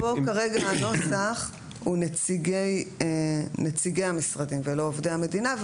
פה כרגע הנוסח הוא נציגי המשרדים ולא עובדי המדינה.